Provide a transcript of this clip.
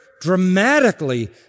dramatically